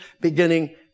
beginning